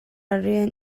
rian